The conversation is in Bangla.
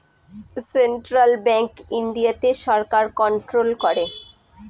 সেন্ট্রাল ব্যাঙ্ক ইন্ডিয়াতে সরকার কন্ট্রোল করে